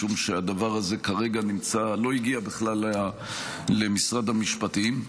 משום שהדבר הזה לא הגיע בכלל למשרד המשפטים.